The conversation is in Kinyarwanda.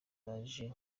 yaje